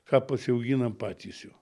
ką pasiauginam patys jau